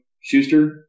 Schuster